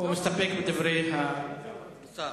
הוא מסתפק בדברי השר.